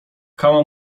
kama